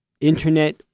internet